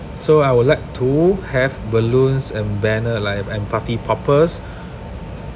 so I would like to have balloons and banner like and party poppers